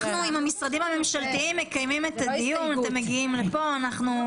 עם המשרדים הממשלתיים אנחנו מקיימים את הדיון והם מגיעים לכאן.